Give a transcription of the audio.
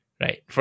Right